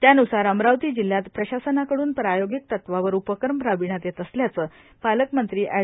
त्यान्सार अमरावती जिल्ह्यात प्रशासनाकडून प्रायोगिक तत्वावर उपक्रम राबविण्यात येत असल्याचे पालकमंत्री एड